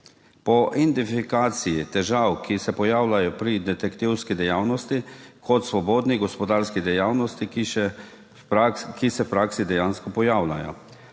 po identifikaciji težav, ki se pojavljajo pri detektivski dejavnosti kot svobodni gospodarski dejavnosti, ki se v praksi dejansko pojavljajo.